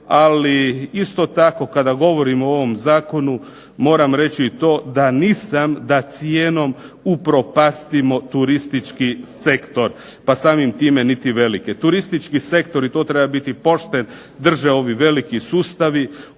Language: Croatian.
Ali isto tako, kada govorimo o ovom zakonu moram reći i to da nisam da cijenom upropastimo turistički sektor, pa samim time niti velike. Turistički sektor i tu treba biti pošten drže ovi veliki sustavi.